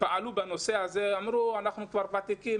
שפעלו בנושא הזה אמרו: אנחנו כבר ותיקים,